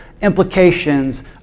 implications